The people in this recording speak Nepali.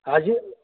हाजिरा